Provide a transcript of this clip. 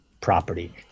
property